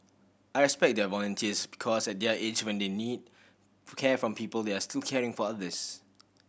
I respect their volunteers because at their age when they need care from people they are still caring for others